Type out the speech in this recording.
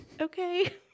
okay